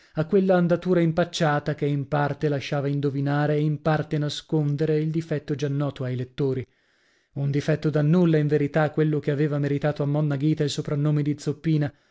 a quella andatura impacciata che in parte lasciava indovinare e in parte nascondere il difetto già noto ai lettori un difetto da nulla in verità quello che aveva meritato a monna ghita il soprannome di zoppina